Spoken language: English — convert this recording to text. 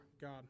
God